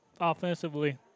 offensively